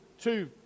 two